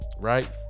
right